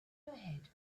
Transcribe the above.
ahead